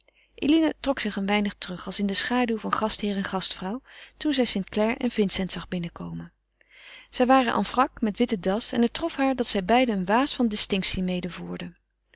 eline trok zich een weinig terug als in de schaduw van gastheer en gastvrouw toen zij st clare en vincent zag binnenkomen zij waren en frac met witte das en het trof haar dat zij beiden een waas van distinctie